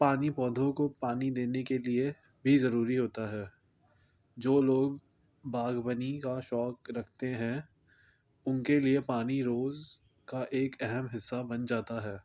پانی پودوں کو پانی دینے کے لیے بھی ضروری ہوتا ہے جو لوگ باغبنی کا شوق رکھتے ہیں ان کے لیے پانی روز کا ایک اہم حصہ بن جاتا ہے